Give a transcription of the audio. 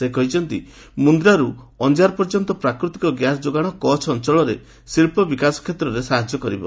ସେ କହିଛନ୍ତି ମୁନ୍ଦ୍ରାରୁ ଅଞ୍ଜାର ପର୍ଯ୍ୟନ୍ତ ପ୍ରାକୃତିକ ଗ୍ୟାସ୍ ଯୋଗାଣ କଚ୍ଚ ଅଞ୍ଚଳରେ ଶିଳ୍ପବିକାଶ କ୍ଷେତ୍ରରେ ସାହାଯ୍ୟ କରିବ